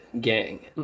gang